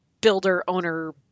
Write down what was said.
builder-owner